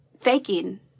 faking